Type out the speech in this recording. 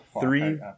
Three